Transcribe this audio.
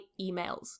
emails